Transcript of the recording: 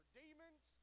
demons